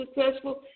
successful